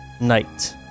night